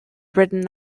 written